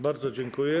Bardzo dziękuję.